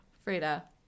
Frida